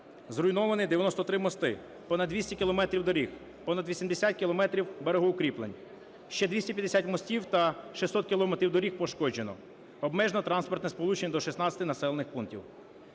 Зруйновано 93 мости, понад 200 кілометрів доріг, понад 80 кілометрів берегоукріплень, ще 250 мостів та 600 кілометрів доріг пошкоджено, обмежено транспортне сполучення до 16 населених пунктів.